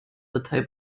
datei